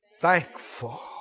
thankful